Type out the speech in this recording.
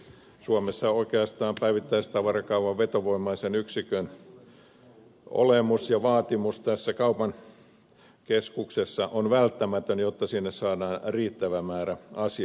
suomessa oikeastaan päivittäistavarakaupan vetovoimaisen yksikön olemus ja vaatimus tässä kaupan keskuksessa on välttämätön jotta sinne saadaan riittävä määrä asiakkaita